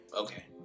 Okay